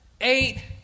eight